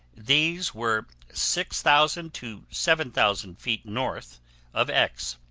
these were six thousand to seven thousand feet north of x.